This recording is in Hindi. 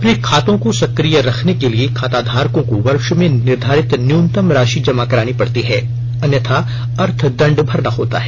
अपने खातों को सक्रिय रखने के लिए खाताधारकों को वर्ष में निर्घारित न्यूनतम राशि जमा करानी पड़ती है अन्यथा अर्थदण्ड भरना होता है